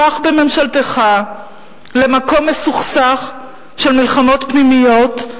הפך בממשלתך למקום מסוכסך של מלחמות פנימיות,